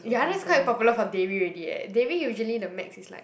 ya that's quite popular for dairy already eh dairy usually the max is like